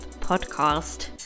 podcast